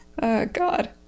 God